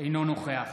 אינו נוכח